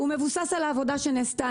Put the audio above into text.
הוא מבוסס על העבודה שנעשתה.